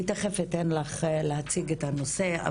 אני תיכף אתן לך להציג את הנושא,